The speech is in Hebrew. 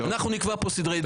אנחנו נקבע פה סדרי דין.